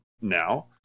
now